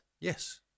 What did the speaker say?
Yes